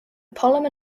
polymer